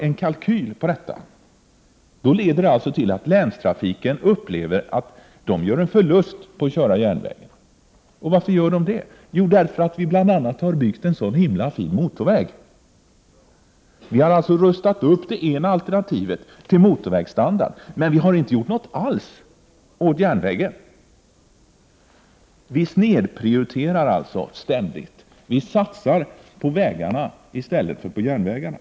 En kalkyl över dessa alternativ visar att länstrafiken gör en förlust genom att välja järnvägsalternativet. Varför? Jo, bl.a. därför att vi har byggt en så väldigt fin motorväg. Vi har alltså rustat upp det ena alternativet, landsvägen, till motorvägsstandard. Men vi har inte gjort något alls åt järnvägen. Vi snedprioriterar ständigt. Vi satsar på vägarna i stället för på järnvägarna.